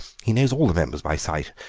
he knows all the members by sight,